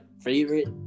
favorite